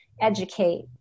educate